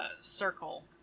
circle